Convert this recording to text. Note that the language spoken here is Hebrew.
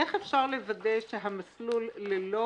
איך אפשר לוודא שהמסלול ללא